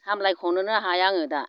सामलायख'नोनो हाया आङो दा